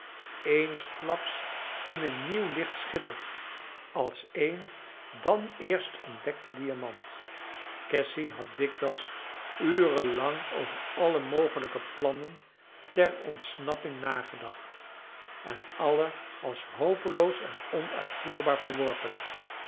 eensklaps in een nieuw licht schittert als een dan eerst ontdekte diamant cassy had dikwijls uren lang over alle mogelijke plannen ter ontsnapping nagedacht en alle als hopeloos en onuitvoerbaar verworpen